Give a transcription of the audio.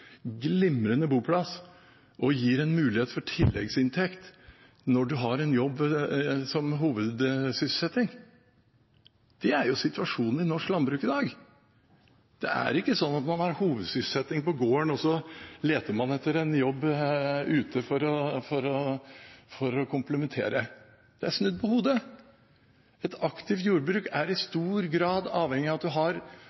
glimrende boplass og gir en mulighet for tilleggsinntekt når man har en jobb som hovedsysselsetting. Det er jo situasjonen i norsk landbruk i dag. Det er ikke sånn at man har hovedsysselsetting på gården, og så leter man etter jobb ute for å komplettere. Det er snudd på hodet. Et aktivt jordbruk er i